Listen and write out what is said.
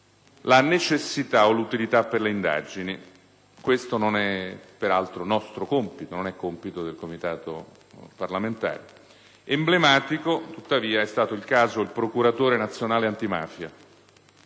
la necessità o l'utilità per le indagini: questo non è, per altro, nostro compito; non è compito del Comitato parlamentare. Emblematico, tuttavia, è stato il caso del procuratore nazionale antimafia,